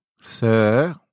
Sir